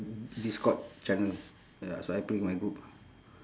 discord channel ya so I play with my group